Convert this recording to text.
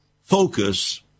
focus